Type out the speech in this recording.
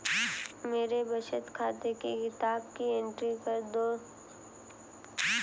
मेरे बचत खाते की किताब की एंट्री कर दो?